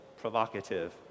provocative